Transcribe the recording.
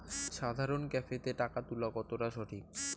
সাধারণ ক্যাফেতে টাকা তুলা কতটা সঠিক?